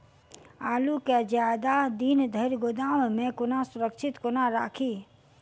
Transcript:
आलु केँ जियादा दिन धरि गोदाम मे कोना सुरक्षित कोना राखि?